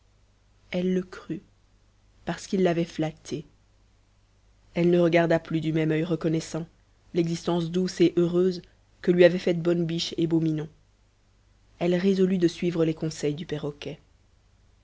elle le crut parce qu'il l'avait flattée elle ne regarda plus du même oeil reconnaissant l'existence douce et heureuse que lui avaient faite bonne biche et beau minon elle résolut de suivre les conseils du perroquet